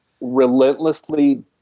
relentlessly